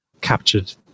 captured